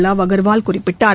லாவ் அக்வால் குறிப்பிட்டார்